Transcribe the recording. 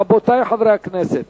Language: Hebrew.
רבותי חברי הכנסת,